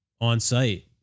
on-site